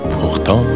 Pourtant